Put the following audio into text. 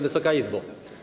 Wysoka Izbo!